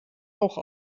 auch